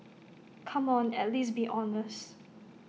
come on at least be honest